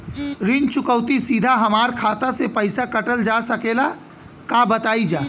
ऋण चुकौती सीधा हमार खाता से पैसा कटल जा सकेला का बताई जा?